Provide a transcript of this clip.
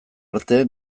arte